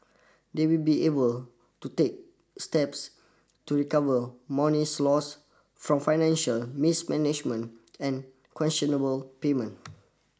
they will be able to take steps to recover monies lost from financial mismanagement and questionable payment